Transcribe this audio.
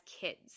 kids